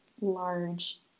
large